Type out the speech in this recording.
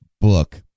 book